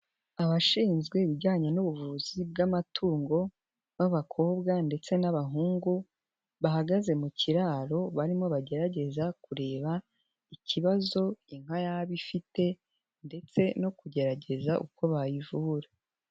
Abashinzwe ibijyanye n'ubuvuzi bw'amatungo b'abakobwa ndetse n'abahungu, bahagaze mu kiraro barimo bagerageza kureba ikibazo inka yaba ifite ndetse no kugerageza uko bayivura.